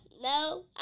no